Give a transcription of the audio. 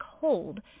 cold